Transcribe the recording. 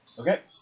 Okay